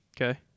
Okay